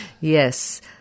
Yes